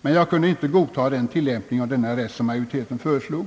men jag kunde inte godta den tillämpning av denna rätt som majoriteten föreslog.